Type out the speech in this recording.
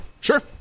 Sure